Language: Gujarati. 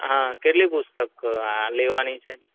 હં કેટલી પુસ્તક આ લેવાની છે